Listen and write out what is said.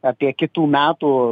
apie kitų metų